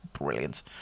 brilliant